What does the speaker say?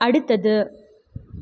அடுத்தது